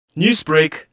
Newsbreak